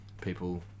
people